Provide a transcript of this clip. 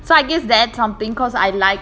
so I guess that's something because I like